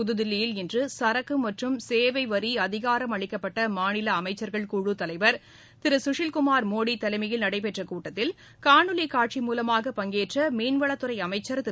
புதுதில்லியில் இன்றுசரக்குமற்றும் சேவைவரிஅதிகாரமளிக்கப்பட்டமாநிலஅமைச்சர்கள் குழு தலைவர் திருகஷில்குமார் மோடிதலைமையில் நடைபெற்றகூட்டத்தில் காணொலிகாட்சி முல்மாக பங்கேற்றமீன்வளத்துறைஅமைச்சர் திரு